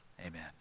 amen